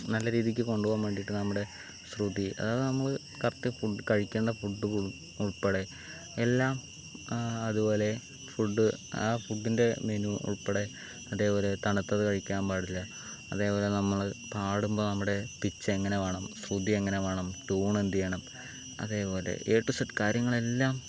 നല്ല രീതിക്ക് കൊണ്ടുപോകാൻ വേണ്ടിട്ട് നമ്മുടെ ശ്രുതി അത് നമ്മള് കറക്റ്റ് ഫുഡ് കഴിക്കേണ്ട ഫുഡുകളും ഉൾപ്പെടെ എല്ലാം അതുപോലെ ഫുഡ് ആ ഫുഡിൻ്റെ മെനു ഉൾപ്പെടെ അതേപോലെ തണുത്തത് കഴിക്കാൻ പാടില്ല അതുപോലെ നമ്മുള് പാടുമ്പോൾ നമ്മുടെ പിച്ച് എങ്ങനെ വേണം ശ്രുതി എങ്ങനെ വേണം ട്യൂൺ എന്ത് ചെയ്യണം അതേപോലെ ഏ റ്റു ഇസഡ് കാര്യങ്ങളെല്ലാം